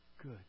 Good